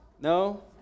No